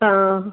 ആ